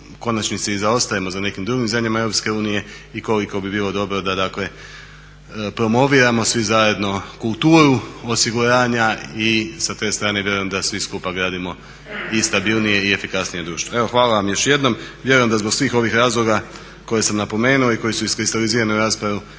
konačnici zaostajemo za nekim drugim zemljama Europske unije i koliko bi bilo dobro da promoviramo svi zajedno kulturu osiguranja i sa te strane vjerujem da svi skupa gradimo i stabilnije i efikasnije društvo. Hvala vam još jednom. Vjerujem da zbog svih ovih razloga koje sam napomenuo i koji su iskristalizirani u raspravi